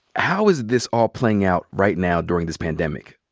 how is this all playing out right now during this pandemic?